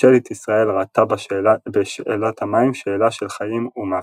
ממשלת ישראל ראתה בשאלת המים שאלה של חיים ומוות.